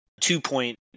two-point